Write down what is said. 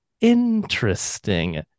Interesting